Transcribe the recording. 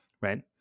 right